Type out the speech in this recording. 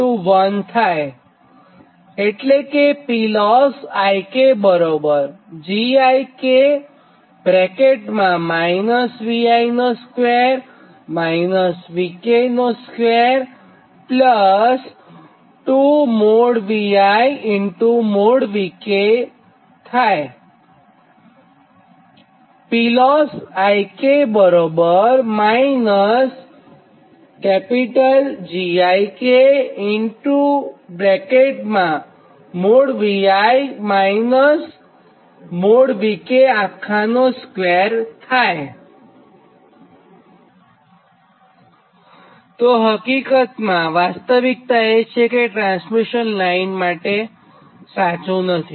તો હકીકતમાં વાસ્તવિક્તા એ છે કે આ ટ્રાન્સમિશન લાઇન માટે સાચું નથી